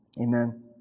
Amen